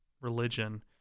religion